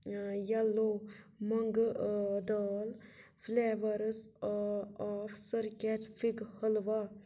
yellow مۄنٛگہٕ دال فُلیٛوٲرس آ آف سرکیٚٹ فِگ حٔلوا